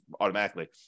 automatically